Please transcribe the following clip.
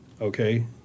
okay